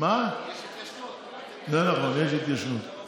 זה נכון, יש התיישנות.